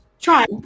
try